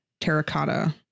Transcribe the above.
terracotta